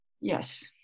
Yes